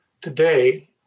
today